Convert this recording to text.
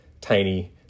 tiny